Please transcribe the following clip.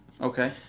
Okay